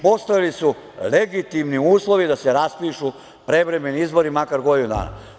Postojali su legitimni uslovi da se raspišu prevremeni izbori makar godinu dana.